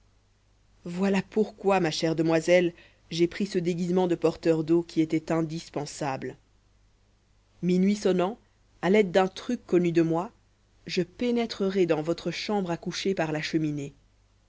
voilà pourquoi ma chère demoiselle j'ai pris ce déguisement de porteur d'eau qui était indispensable minuit sonnant à l'aide d'un truc connu de moi je pénétrerai dans votre chambre à coucher par la cheminée